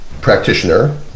practitioner